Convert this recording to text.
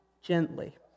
gently